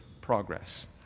Progress